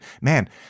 man